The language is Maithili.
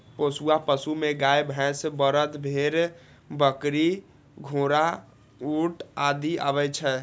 पोसुआ पशु मे गाय, भैंस, बरद, भेड़, बकरी, घोड़ा, ऊंट आदि आबै छै